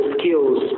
skills